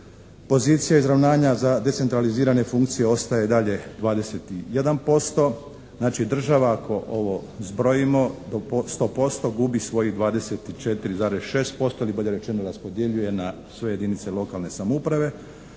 Pozicija izravnanja za decentralizirane funkcije ostaje dalje 21%. Znači država ako ovo zbrojimo sto posto gubi svojih 24,6% ili bolje rečeno raspodjeljuje na sve jedinice lokalne samouprave